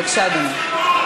בבקשה, אדוני.